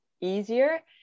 easier